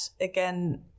again